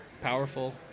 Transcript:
powerful